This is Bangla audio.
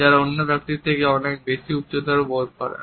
যারা অন্য ব্যক্তির থেকে অনেক বেশি উচ্চতর বোধ করেন